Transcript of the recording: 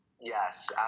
yes